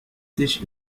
sich